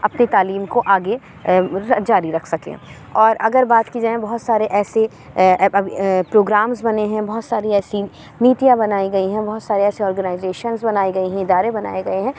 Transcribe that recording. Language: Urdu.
اپنی تعلیم کو آگے جاری رکھ سکیں اور اگر بات کی جائے بہت سارے ایسے پروگرامس بنے ہیں بہت ساری ایسی نیتیاں بنائی گئی ہیں بہت سارے ایسے آرگنائزیشنز بنائے گئے ہیں ادارے بنائے گئے ہیں